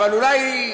אבל אולי,